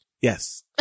Yes